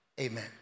amen